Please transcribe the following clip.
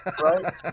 right